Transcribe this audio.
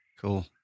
Cool